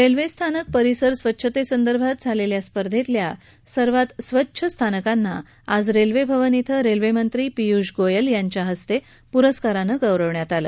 रेल्वेस्थानक परिसर स्वच्छतेसंदर्भात झालेल्या स्पर्धेतल्या सर्वात स्वच्छ स्थानकांना आज रेल्वेभवन रेल्वेमंत्री पियूष गोयल यांच्या हस्ते पुरस्कारानं गौरवण्यात आलं